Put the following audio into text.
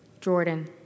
Jordan